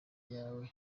yawe